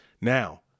Now